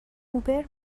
اوبر